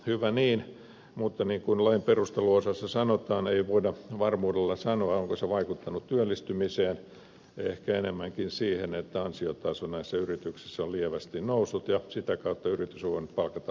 hyvä niin mutta niin kuin lain perusteluosassa sanotaan ei voida varmuudella sanoa onko se vaikuttanut työllistymiseen ehkä enemmänkin siihen että ansiotaso näissä yrityksissä on lievästi noussut ja sitä kautta yritys on voinut palkata parempaa työvoimaa